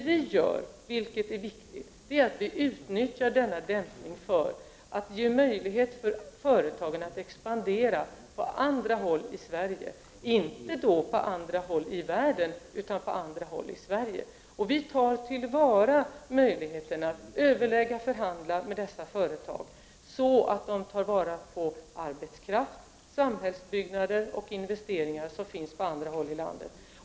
Vi utnyttjar denna dämpning, och det är viktigt, för att ge möjlighet för företagen att expandera på andra håll i Sverige — inte på andra håll i världen. Vi tar till vara möjligheterna att överlägga och förhandla med dessa företag så att de tar vara på arbetskraft, samhällsbyggnader och investeringar som finns på annat håll i landet.